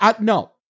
No